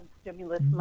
stimulus